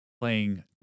playing